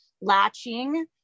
latching